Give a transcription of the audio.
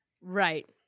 Right